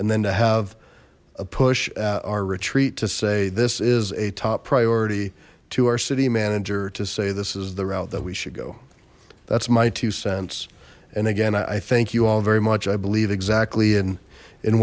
and then to have a push our retreat to say this is a top priority to our city manager to say this is the route that we should go that's my two cents and again i thank you all very much i believe exactly in in